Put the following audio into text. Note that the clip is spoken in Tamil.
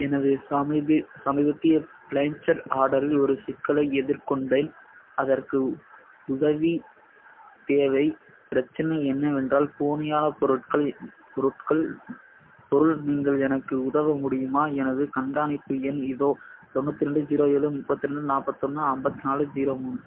எனது சமீப சமீபத்திய ப்ளேசர் ஆர்டரில் ஒரு சிக்கலை எதிர்கொண்டேன் அதற்கு உதவி தேவை பிரச்சினை என்னவென்றால் போலியானப் பொருட்கள் பொருட்கள் பொருள் நீங்கள் எனக்கு உதவ முடியுமா எனது கண்காணிப்பு எண் இதோ தொண்ணூற்றி ரெண்டு ஜீரோ ஏழு முப்பத்தி ரெண்டு நாற்பத்தொன்னு ஐம்பத்தி நாலு ஜீரோ மூணு